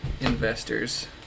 investors